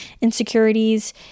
insecurities